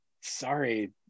sorry